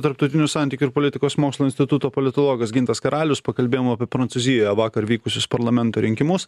tarptautinių santykių ir politikos mokslų instituto politologas gintas karalius pakalbėjom prancūzijoje vakar vykusius parlamento rinkimus